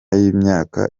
y’imyaka